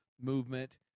movement